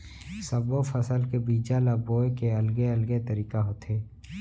सब्बो फसल के बीजा ल बोए के अलगे अलगे तरीका होथे